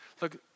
Look